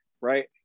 right